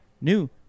new